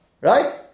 Right